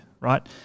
right